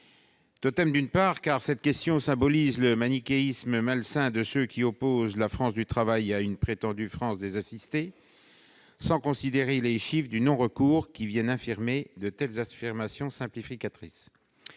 Totem, car la question symbolise le manichéisme malsain de ceux qui opposent la France du travail à une prétendue France des assistés, sans considérer les chiffres du non-recours, qui infirment une telle présentation simplificatrice.